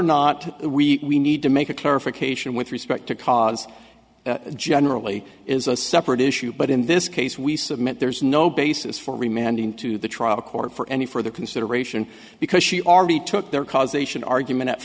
not we need to make a clarification with respect to cause generally is a separate issue but in this case we submit there's no basis for remained into the trial court for any further consideration because she already took their causation argument at